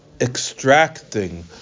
extracting